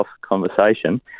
conversation